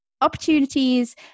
opportunities